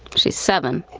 she's seven